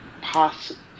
possible